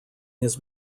his